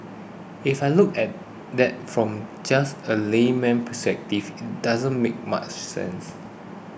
if I look at that from just a layman's perspective it doesn't make much sense